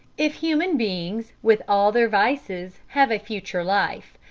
if human beings, with all their vices, have a future life,